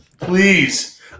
Please